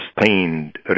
sustained